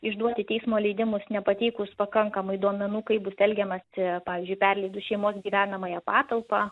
išduoti teismo leidimus nepateikus pakankamai duomenų kaip bus elgiamasi pavyzdžiui perleidus šeimos gyvenamąją patalpą